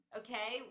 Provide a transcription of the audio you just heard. okay